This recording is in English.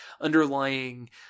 underlying